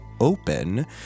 open